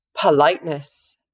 politeness